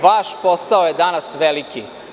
Vaš posao je danas veliki.